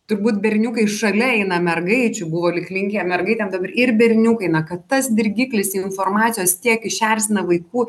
turbūt berniukai šalia eina mergaičių buvo lyg linkę mergaitėm dabar ir berniukai na kad tas dirgiklis informacijos tiek išerzina vaikų